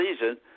season